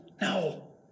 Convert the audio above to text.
No